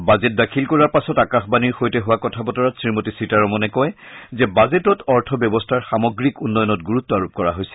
budget দাখিল কৰাৰ পাছত আকাশবাণীৰ সৈতে হোৱা কথা বতৰাত শ্ৰীমতী সীতাৰমনে কয় যে বাজেটত অৰ্থব্যৱস্থাৰ সামগ্ৰিক উন্নয়নত গুৰুত্ব আৰোপ কৰা হৈছে